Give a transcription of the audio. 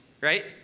right